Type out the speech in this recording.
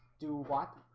do what?